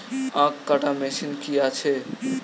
আখ কাটা মেশিন কি আছে?